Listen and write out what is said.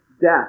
death